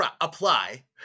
apply